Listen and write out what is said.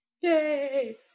yay